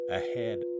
ahead